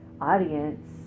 audience